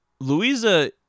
Louisa